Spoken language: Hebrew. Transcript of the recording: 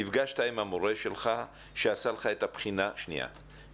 נפגשת עם המורה שלך שעשה לך את הבחינה הפנימית,